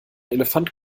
elefant